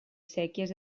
séquies